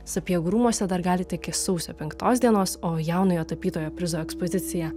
sapiegų rūmuose dar galite iki sausio penktos dienos o jaunojo tapytojo prizo ekspoziciją